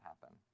happen